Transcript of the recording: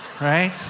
Right